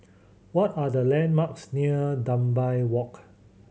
what are the landmarks near Dunbar Walk